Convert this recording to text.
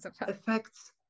affects